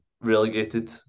relegated